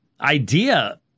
idea